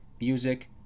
music